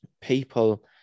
people